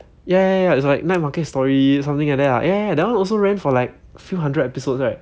ya ya ya it's like night market story something like that lah eh that one also ran for like few hundred episodes right